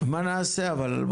מה נעשה אבל?